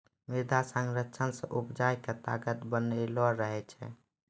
मृदा संरक्षण से उपजा के ताकत बनलो रहै छै